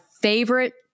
favorite